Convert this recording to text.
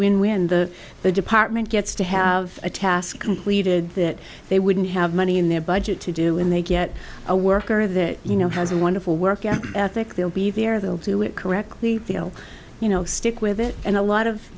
win when the the department gets to have a task completed that they wouldn't have money in their budget to do when they get a worker that you know has a wonderful work ethic they'll be there they'll do it correctly feel you know stick with it and a lot of